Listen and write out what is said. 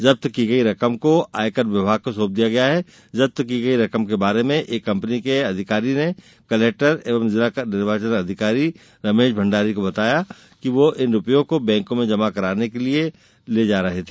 जब्त की गई रकम को आयकर विभाग को सौप दिया गया है जब्त की गई रकम के बारे में एक कंपनी के अधिकारी ने कलेक्टर एवं जिला निर्वाचन अधिकारी रमेश भंडारी को बताया कि वह इन रूपयों को बैंक में जमा करने के लिए ले जाया जा रहा था